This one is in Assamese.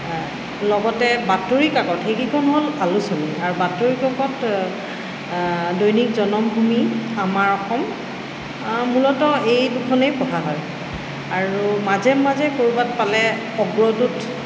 লগতে বাতৰি কাকত সেইকিখন হ'ল আলোচনী আৰু বাতৰি কাকত দৈনিক জনমভূমি আমাৰ অসম মূলতঃ এই দুখনেই পঢ়া হয় আৰু মাজে মাজে ক'ৰবাত পালে অগ্ৰদূত